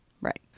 Right